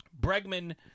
Bregman